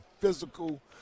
physical